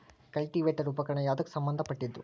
Cultivator ಉಪಕರಣ ಯಾವದಕ್ಕ ಸಂಬಂಧ ಪಟ್ಟಿದ್ದು?